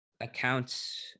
accounts